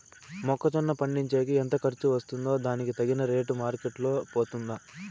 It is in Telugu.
మొక్క జొన్న పండించేకి ఎంత ఖర్చు వస్తుందో దానికి తగిన రేటు మార్కెట్ లో పోతుందా?